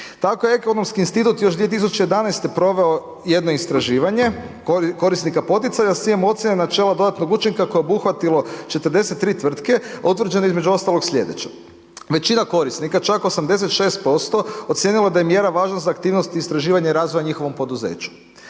Tako je Ekonomski institut još 2011. proveo jedno istraživanje korisnika poticaja s ciljem ocjene načela dodatnog učinka koje je obuhvatilo 43 tvrtke, a utvrđeno je između ostalog sljedeće. Većina korisnika, čak 86% ocijenilo je da je mjera važna za aktivnost, istraživanje i razvoj u njihovom poduzeću.